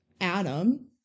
Adam